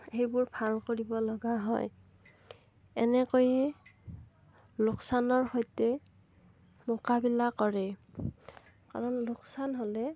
সেইবোৰ ভাল কৰিব লগা হয় এনেকৈয়ে লোকচানৰ সৈতে মোকাবিলা কৰি কাৰণ লোকচান হ'লে